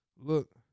look